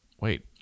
Wait